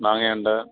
മാങ്ങ ഉണ്ട്